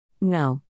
No